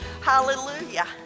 Hallelujah